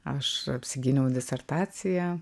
aš apsigyniau disertaciją